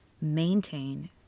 maintain